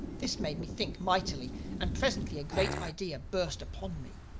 this made me think mightily and presently a great idea burst upon me.